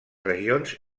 regions